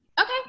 Okay